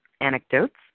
anecdotes